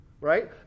right